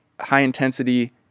high-intensity